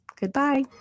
Goodbye